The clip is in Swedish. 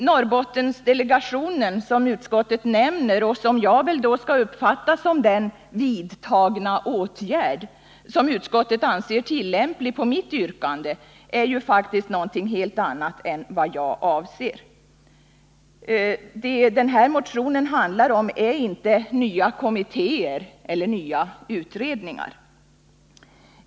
Norrbottensdelegationen — som utskottet nämner och som jag väl då skall uppfatta som den ”vidtagna åtgärd” som utskottet anser tillämplig på mitt yrkande — är ju faktiskt någonting helt annat än vad jag avser. Det denna motion handlar om är inte nya kommittéer eller nya utredningar.